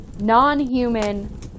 non-human